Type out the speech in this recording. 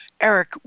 Eric